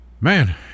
man